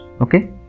okay